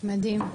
מדהים.